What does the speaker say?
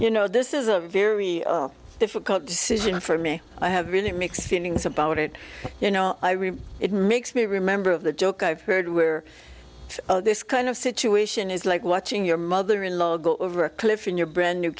you know this is a very difficult decision for me i have really mixed feelings about it you know i read it makes me remember of the joke i've heard where this kind of situation is like watching your mother in law go over a cliff in your brand new